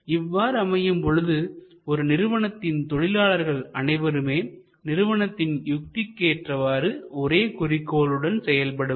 இவ்வாறு அமையும் பொழுது ஒரு நிறுவனத்தின் தொழிலாளர்கள் அனைவருமே நிறுவனத்தின் யுத்திக்கு ஏற்றவாறு ஒரே குறிக்கோளுடன் செயல்படுவர்